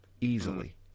Easily